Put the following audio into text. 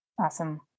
Awesome